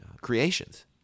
creations